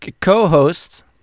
co-host